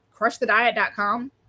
Crushthediet.com